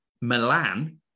Milan